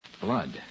Blood